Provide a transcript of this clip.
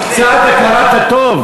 אפשר